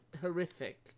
horrific